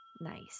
Nice